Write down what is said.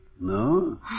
No